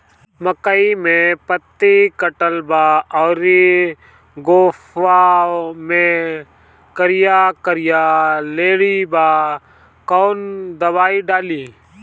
मकई में पतयी कटल बा अउरी गोफवा मैं करिया करिया लेढ़ी बा कवन दवाई डाली?